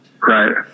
Right